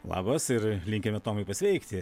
labas ir linkime tomui pasveikti